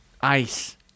ice